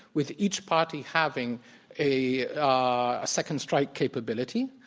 with each party having a ah second-strike capability.